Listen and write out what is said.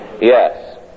Yes